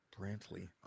Brantley